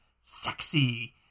sexy